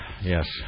Yes